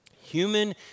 Human